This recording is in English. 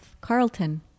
Carlton